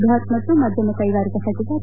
ಬೃಹತ್ ಮತ್ತು ಮಧ್ಯಮ ಕೈಗಾರಿಕಾ ಸಚಿವ ಕೆ